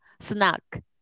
snack